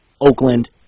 Oakland